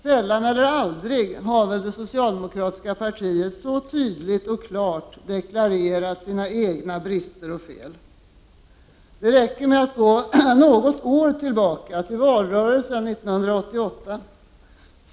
Sällan eller aldrig har väl det socialdemokratiska partiet så tydligt och klart deklarerat sina egna brister och fel. Det räcker med att gå något år tillbaka, till valrörelsen 1988.